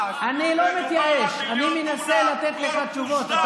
אני אתן לך תשובה.